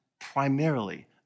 primarily